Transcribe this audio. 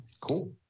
Cool